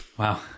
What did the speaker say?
Wow